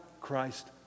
Christ